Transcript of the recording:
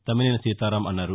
తమ్మినేని సీతారాం అన్నారు